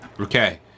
Okay